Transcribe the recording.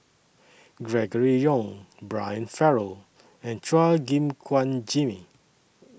Gregory Yong Brian Farrell and Chua Gim Guan Jimmy